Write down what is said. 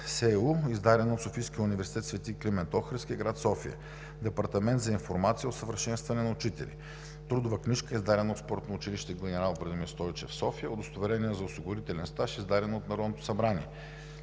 СУ, издадена от Софийския университет „Св. Климент Охридски“ – град София, Департамент за информация и усъвършенстване на учители; трудова книжка, издадена от спортно училище „Генерал Владимир Стойчев“ – София; удостоверение за осигурителен стаж, издадено от Народното събрание;